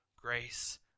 grace